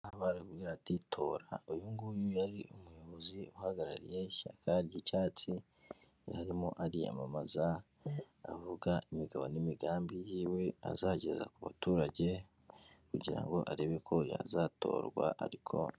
Arabwira ati tora uyu nguyu yari umuyobozi uhagarariye ishyaka ry'icyatsi, yarimo ariyamamaza avuga imigabo n'imigambi yiwe azageza ku baturage, kugira arebe ko yazatorwa ariko...